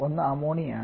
ഒന്ന് അമോണിയയാണ്